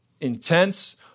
intense